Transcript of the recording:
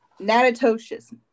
Natatoshes